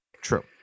True